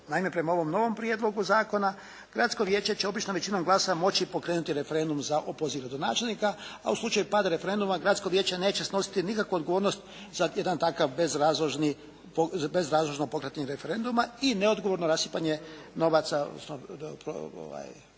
Naime, prema ovom novom prijedlogu zakona gradsko vijeće će obično većinom glasova moći pokrenuti referendum za opoziv gradonačelnika a u slučaju pada referenduma gradsko vijeće neće snositi nikakvu odgovornost za jedno takvo bezrazložno pokretanje referenduma i neodgovorno rasipanje novaca